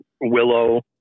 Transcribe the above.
Willow